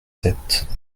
sept